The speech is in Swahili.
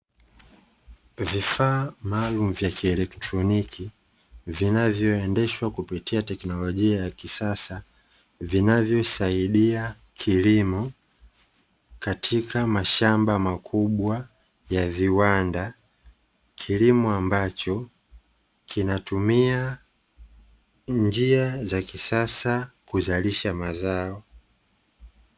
Vifaa maalumu vya kielekroniki vinavyoendeshwa kupitia teknolojia ya kisasa, vinavyosaidia kilimo katika mashamba makubwa ya viwanda kilimo ambacho kinatumia njia za kisasa kuzalisha mazao.